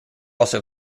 also